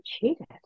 cheated